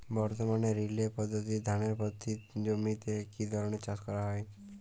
বর্তমানে রিলে পদ্ধতিতে ধানের পতিত জমিতে কী ধরনের চাষ করা হয়?